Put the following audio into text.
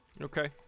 Okay